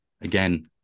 again